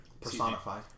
Personify